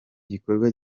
gikorwa